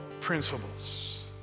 principles